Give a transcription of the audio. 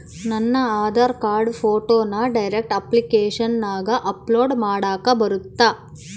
ನನ್ನ ಆಧಾರ್ ಕಾರ್ಡ್ ಫೋಟೋನ ಡೈರೆಕ್ಟ್ ಅಪ್ಲಿಕೇಶನಗ ಅಪ್ಲೋಡ್ ಮಾಡಾಕ ಬರುತ್ತಾ?